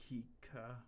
Kika